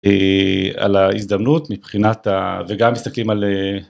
על ההזדמנות מבחינת וגם מסתכלים על.